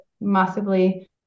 massively